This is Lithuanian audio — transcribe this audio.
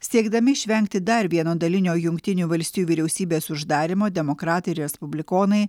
siekdami išvengti dar vieno dalinio jungtinių valstijų vyriausybės uždarymo demokratai ir respublikonai